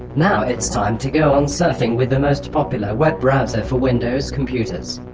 now, it's time to go on surfing with the most popular web browser for windows computers